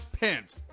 pent